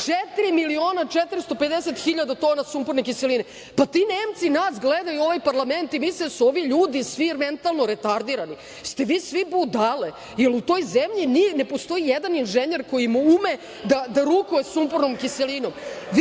4.450.000 tona sumporne kiseline, pa, ti Nemci nas gledaju, ovaj parlament i misle da su ovi ljudi svi mentalno retardirani. Jeste li svi budale, jel, u toj zemlji ne postoji jedan inženjer koji ume da rukuje sumpornom kiselinom.